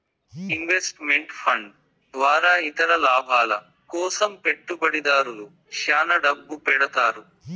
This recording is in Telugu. ఇన్వెస్ట్ మెంట్ ఫండ్ ద్వారా ఇతర లాభాల కోసం పెట్టుబడిదారులు శ్యాన డబ్బు పెడతారు